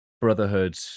brotherhood